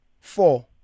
Four